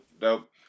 Dope